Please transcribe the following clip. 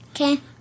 Okay